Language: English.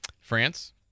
France